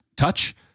touch